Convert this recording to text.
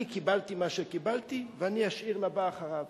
אני קיבלתי מה שקיבלתי, ואני אשאיר לבא אחרי.